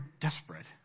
desperate